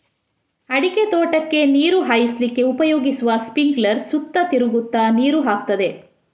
ಅಡಿಕೆ ತೋಟಕ್ಕೆ ನೀರು ಹಾಯಿಸ್ಲಿಕ್ಕೆ ಉಪಯೋಗಿಸುವ ಸ್ಪಿಂಕ್ಲರ್ ಸುತ್ತ ತಿರುಗ್ತಾ ನೀರು ಹಾಕ್ತದೆ